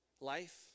Life